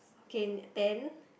okay then